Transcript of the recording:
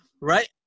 right